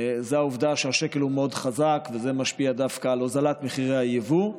הוא העובדה שהשקל הוא מאוד חזק וזה משפיע דווקא על הוזלת מחירי היבוא.